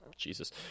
Jesus